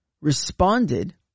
responded